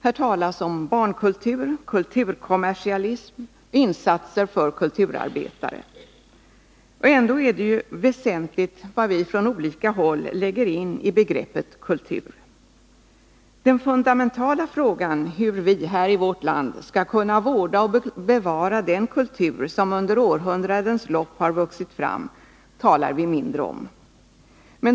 Här talas om barnkultur, kulturkommersialism och insatser för kulturarbetare. Det är dock väsentligt att vi får besked om vad man på olika håll lägger in i begreppet kultur. Den fundamentala frågan hur vi här i vårt land skall kunna vårda och bevara den .kultur som under århundradens lopp har vuxit fram talar vi mindre om.